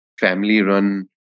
family-run